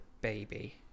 baby